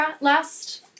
last